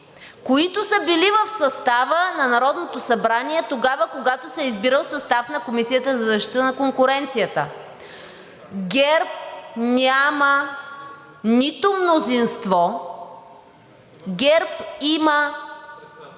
които са били в състава на Народното събрание тогава, когато се е избирал състав на Комисията за защита на конкуренцията. ГЕРБ няма мнозинство, ГЕРБ има